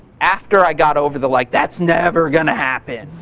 after i got over the like, that's never gonna happen,